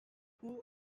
who